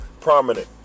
prominent